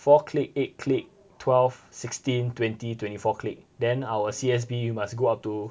four click eight click twelve sixteen twenty twenty four click then our C_S_B you must go up to